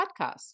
podcast